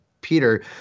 Peter